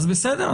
אז בסדר,